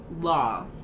Law